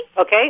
Okay